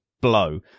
blow